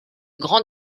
grand